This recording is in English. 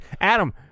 Adam